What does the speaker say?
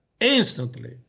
instantly